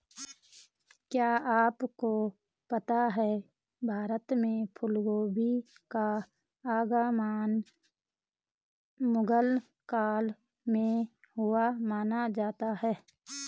क्या आपको पता है भारत में फूलगोभी का आगमन मुगल काल में हुआ माना जाता है?